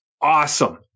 awesome